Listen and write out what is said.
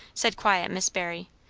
said quiet miss barry,